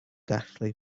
gallu